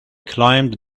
climbed